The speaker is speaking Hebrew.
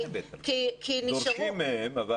נכון.